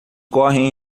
correm